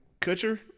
Kutcher